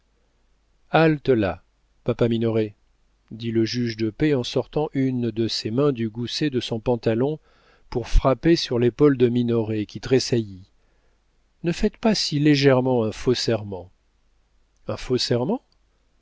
là papa minoret dit le juge de paix en sortant une de ses mains du gousset de son pantalon pour frapper sur l'épaule de minoret qui tressaillit ne faites pas si légèrement un faux serment un faux serment